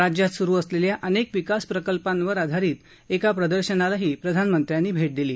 राज्यात स्रु असलेल्या अनेक विकासप्रकल्पांवर आधारित एका प्रदर्शनाला प्रधानमंत्र्यांनी भेट दिली